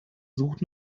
sucht